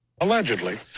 Allegedly